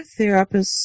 therapists